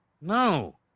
No